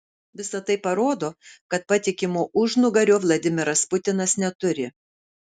visa tai parodo kad patikimo užnugario vladimiras putinas neturi